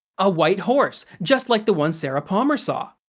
a white horse, just like the one sarah palmer saw!